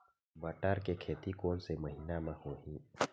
बटर के खेती कोन से महिना म होही?